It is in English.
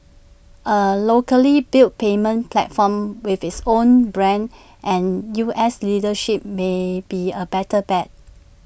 A locally built payments platform with its own brand and U S leadership may be A better bet